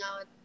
out